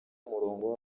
umurongo